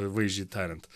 vaizdžiai tariant